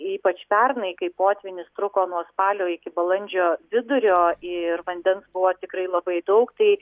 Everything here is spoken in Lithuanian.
ypač pernai kai potvynis truko nuo spalio iki balandžio vidurio ir vandens buvo tikrai labai daug tai